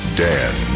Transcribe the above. dan